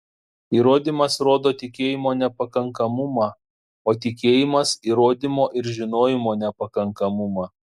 įrodymas rodo tikėjimo nepakankamumą o tikėjimas įrodymo ir žinojimo nepakankamumą